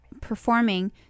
performing